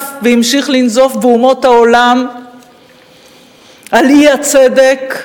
והמשיך לנזוף באומות העולם על אי-הצדק,